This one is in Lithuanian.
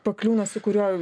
pakliūna su kuriuo